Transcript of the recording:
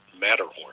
Matterhorn